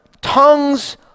tongues